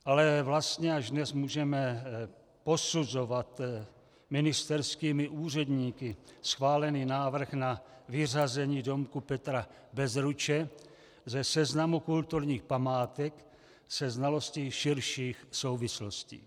Ale vlastně až dnes můžeme posuzovat ministerskými úředníky schválený návrh na vyřazení domku Petra Bezruče ze seznamu kulturních památek se znalostí širších souvislostí.